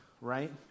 right